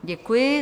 Děkuji.